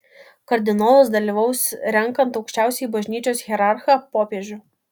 kardinolas dalyvaus renkant aukščiausiąjį bažnyčios hierarchą popiežių